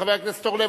חבר הכנסת אורלב,